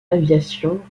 aviation